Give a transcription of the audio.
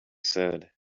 said